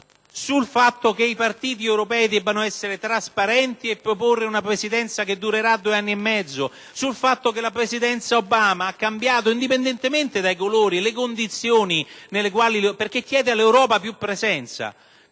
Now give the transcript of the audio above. sul fatto che i partiti europei debbano essere trasparenti e proporre una Presidenza che duri due anni e mezzo; sul fatto che la Presidenza Obama ha cambiato le condizioni, indipendentemente dai colori politici, perché chiede all'Europa una